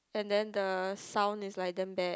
and then the sound is like damn bad